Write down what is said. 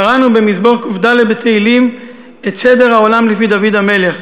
קראנו במזמור ק"ד בתהילים את סדר העולם לפי דוד המלך: